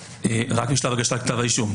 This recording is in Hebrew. כאן - רק בשלב הגשת כתב האישום.